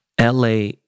LA